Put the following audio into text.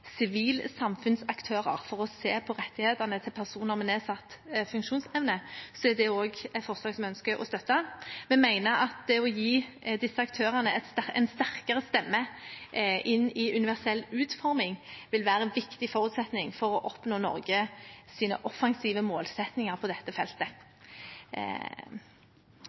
for å se på rettighetene til personer med nedsatt funksjonsevne, er det også et forslag som vi ønsker å støtte. Vi mener at det å gi disse aktørene en sterkere stemme inn i universell utforming vil være en viktig forutsetning for å oppnå Norges offensive målsettinger på dette feltet.